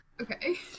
Okay